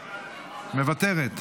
מוותרת.